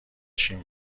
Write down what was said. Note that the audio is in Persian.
چین